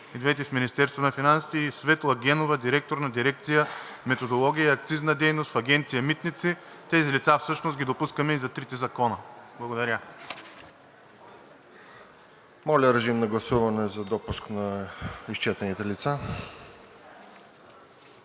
двете в Министерството на финансите, и Светла Генова, директор на дирекция „Методология и акцизна дейност в Агенция „Митници“. Тези лица всъщност ги допускаме и за трите закона. Благодаря. ПРЕДСЕДАТЕЛ РОСЕН ЖЕЛЯЗКОВ: Моля да гласуваме за допуск на изчетените лица.